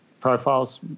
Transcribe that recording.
profiles